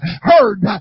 Heard